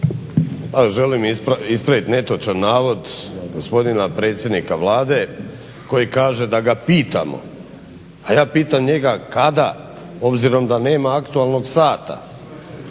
Želim ispraviti netočan navod gospodina predsjednika Vlade koji kaže da ga pitamo, a ja pitam njega kada obzirom da nema aktualnog sata